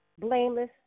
blameless